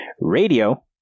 Radio